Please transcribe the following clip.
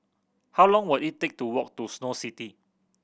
how long will it take to walk to Snow City